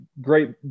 great